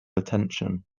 attention